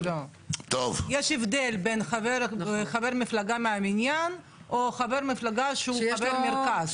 יש הבדל בין חבר מפלגה מהמניין או חבר מפלגה שהוא חבר מרכז.